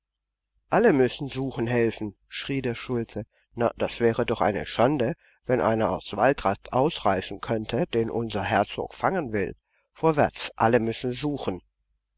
alle müssen suchen helfen schrie der schulze na das wäre doch eine schande wenn einer aus waldrast ausreißen könnte den unser herzog fangen will vorwärts alle müssen suchen